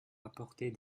apporter